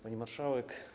Pani Marszałek!